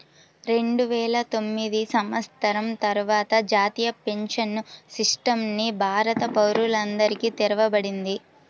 రెండువేల తొమ్మిది సంవత్సరం తర్వాత జాతీయ పెన్షన్ సిస్టమ్ ని భారత పౌరులందరికీ తెరవబడింది